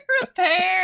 repair